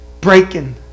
breaking